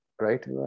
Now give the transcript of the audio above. right